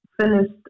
finished